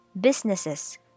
businesses